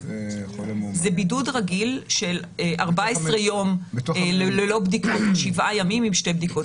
זה בידוד רגיל של 14 יום ללא בדיקות או שבעה ימים עם שתי בדיקות.